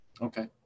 Okay